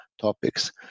topics